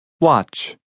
Watch